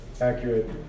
accurate